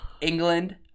england